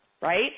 right